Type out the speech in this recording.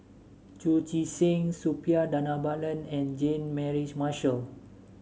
Chu Chee Seng Suppiah Dhanabalan and Jean Mary Marshall